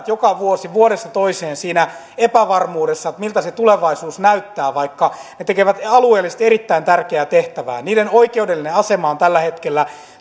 joka vuosi vuodesta toiseen siinä epävarmuudessa että miltä se tulevaisuus näyttää vaikka ne tekevät alueellisesti erittäin tärkeää tehtävää niiden oikeudellinen asema on tällä hetkellä